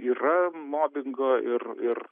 yra mobingo ir ir